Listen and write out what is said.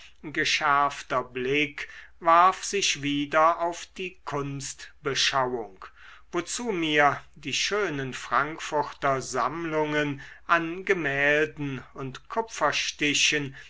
geschärfter blick warf sich wieder auf die kunstbeschauung wozu mir die schönen frankfurter sammlungen an gemälden und kupferstichen